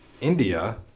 India